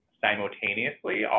simultaneously